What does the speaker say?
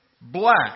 black